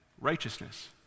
righteousness